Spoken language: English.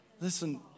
Listen